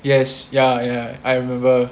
yes ya ya I remember